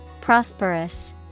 prosperous